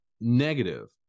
Negative